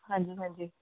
ਹਾਂਜੀ ਹਾਂਜੀ